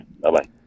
Bye-bye